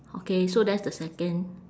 okay so that's the second